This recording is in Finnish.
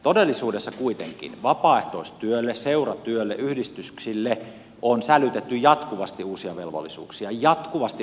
todellisuudessa kuitenkin vapaaehtoistyölle seuratyölle yhdistyksille on sälytetty jatkuvasti uusia velvollisuuksia jatkuvasti uusia velvollisuuksia